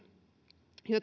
jo